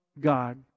God